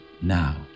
now